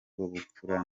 bupfura